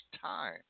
time